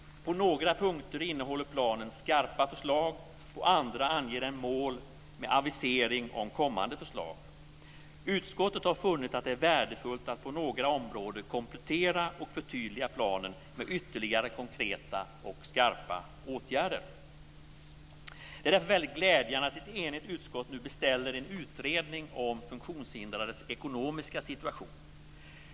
På några punkter innehåller planen skarpa förslag, på andra anger den mål med avisering om kommande förslag. Utskottet har funnit att det är värdefullt att på några områden komplettera och förtydliga planen med ytterligare konkreta och skarpa åtgärder. Det är väldigt glädjande att ett enigt utskott nu beställer en utredning om funktionshindrades ekonomiska situation.